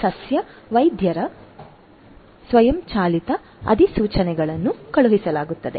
ಸಸ್ಯ ವೈದ್ಯರ ಸ್ವಯಂಚಾಲಿತ ಅಧಿಸೂಚನೆಗಳನ್ನು ಕಳುಹಿಸಲಾಗುವುದು